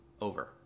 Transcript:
over